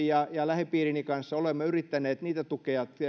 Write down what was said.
ja ja lähipiirini kanssa olemme yrittäneet niitä tukea